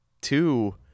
two